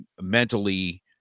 mentally